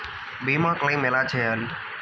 భీమ క్లెయిం ఎలా చేయాలి?